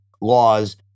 laws